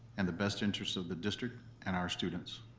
and the best interest of the district and our students.